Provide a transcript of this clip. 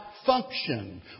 Function